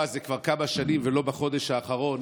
הזה כבר כמה שנים ולא בחודש האחרון,